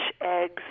eggs